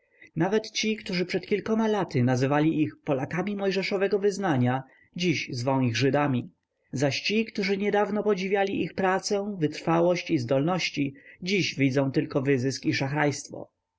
nawet ci którzy przed kilkoma laty nazywali ich polakami mojżeszowego wyznania dziś zwą ich żydami zaś ci którzy niedawno podziwiali ich pracę wytrwałość i zdolności dziś widzą tylko wyzysk